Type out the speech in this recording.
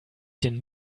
den